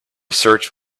search